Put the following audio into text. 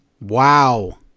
Wow